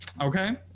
Okay